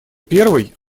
первой